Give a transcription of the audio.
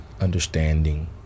understanding